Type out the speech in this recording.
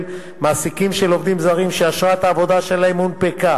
מעסיקים של עובדים זרים שאשרת העבודה שלהם הונפקה